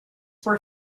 were